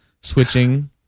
switching